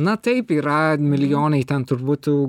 na taip yra milijonai ten turbūt tų